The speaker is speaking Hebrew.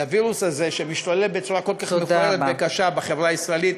לווירוס הזה שמשתולל בצורה כל כך מכוערת וקשה בחברה הישראלית.